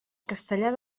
castellar